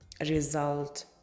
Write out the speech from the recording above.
result